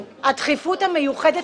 בדברים.